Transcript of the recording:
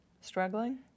struggling